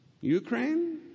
Ukraine